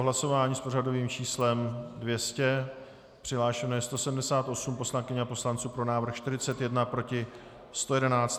Hlasování s pořadovým číslem 200, přihlášeno je 178 poslankyň a poslanců, pro návrh 41, proti 111.